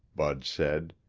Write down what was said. bud said,